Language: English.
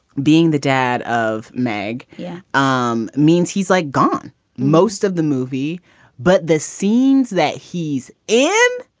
being the dad of mag. yeah. um means he's like gone most of the movie but the scenes that he's in.